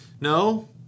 No